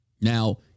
Now